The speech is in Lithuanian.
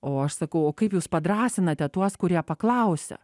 o aš sakau o kaip jūs padrąsinate tuos kurie paklausia